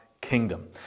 kingdom